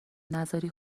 نذاری